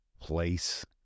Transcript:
place